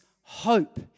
hope